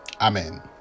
amen